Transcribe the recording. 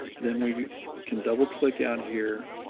then we can double click out here,